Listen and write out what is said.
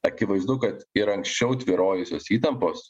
akivaizdu kad ir anksčiau tvyrojusios įtampos